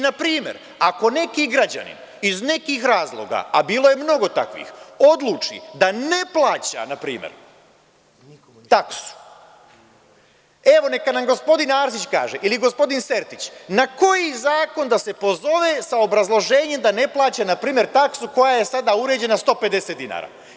Na primer, ako neki građanin, iz nekih razloga, a bilo je mnogo takvih, odluči da ne plaća, na primer, taksu, evo, neka nam gospodin Arsić kaže, ili gospodin Sertić, na koji zakon da se pozove, sa obrazloženjem da ne plaća, na primer, taksu koja je sada uređena, 150 dinara?